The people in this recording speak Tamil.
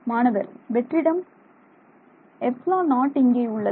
மாணவர் வெற்றிடம் ε0 இங்கே உள்ளது